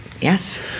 yes